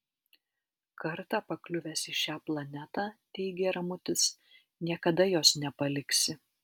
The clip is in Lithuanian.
kartą pakliuvęs į šią planetą teigė ramutis niekada jos nepaliksi